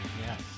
Yes